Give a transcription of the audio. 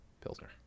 pilsner